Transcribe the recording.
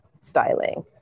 styling